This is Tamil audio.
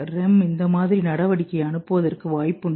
REM இந்த மாதிரி நடவடிக்கை அனுப்புவதற்கு வாய்ப்புண்டு